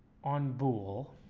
on bool,